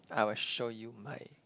I will show you my